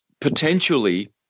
potentially